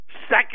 second